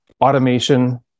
automation